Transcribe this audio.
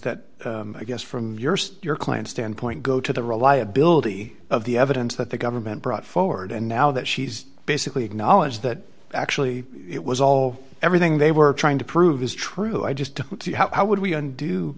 that i guess from your client standpoint go to the reliability of the evidence that the government brought forward and now that she's basically acknowledged that actually it was all everything they were trying to prove is true i just don't see how would we undo